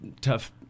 tough